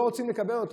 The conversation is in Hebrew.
לא רוצים לקבל אותן.